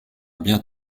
bien